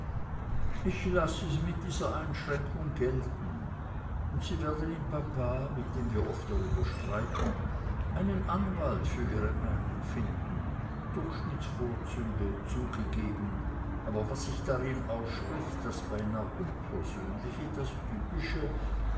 ich laß es mit dieser einschränkung gelten und sie werden in papa mit dem wir oft darüber streiten einen anwalt für ihre meinung finden durchschnittsvorzüge zugegeben aber was sich darin ausspricht das beinah unpersönliche das typische